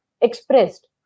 expressed